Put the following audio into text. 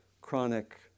chronic